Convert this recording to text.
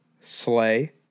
sleigh